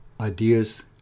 Ideas